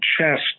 chest